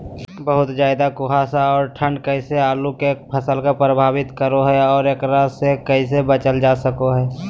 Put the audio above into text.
बहुत ज्यादा कुहासा और ठंड कैसे आलु के फसल के प्रभावित करो है और एकरा से कैसे बचल जा सको है?